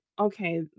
okay